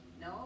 No